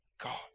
God